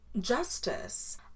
Justice